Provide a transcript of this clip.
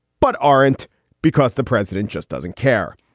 but aren't because the president just doesn't care.